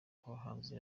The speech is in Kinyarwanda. abahanzi